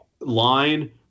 line